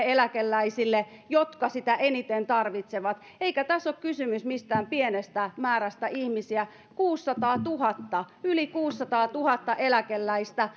eläkeläisille jotka sitä eniten tarvitsevat eikä tässä ole kysymys mistään pienestä määrästä ihmisiä kuusisataatuhatta yli kuusisataatuhatta eläkeläistä